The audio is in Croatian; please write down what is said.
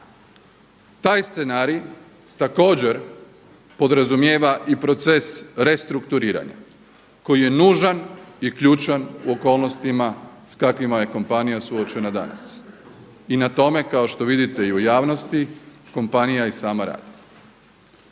Taj scenarij također podrazumijeva i proces restrukturiranja koji je nužan i ključan u okolnostima sa kakvima je kompanija suočena danas i na tome kao što vidite i u javnosti kompanija i sama radi.